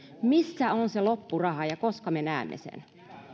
missä on se loppuraha ja koska me näemme sen